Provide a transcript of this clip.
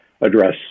address